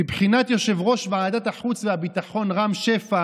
מבחינת יושב-ראש ועדת החוץ והביטחון רם שפע